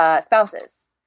spouses